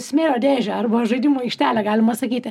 smėlio dėžę arba žaidimų aikštelę galima sakyti